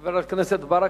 חבר הכנסת ברכה,